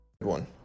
one